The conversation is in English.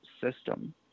system